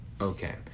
Okay